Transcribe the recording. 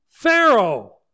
Pharaoh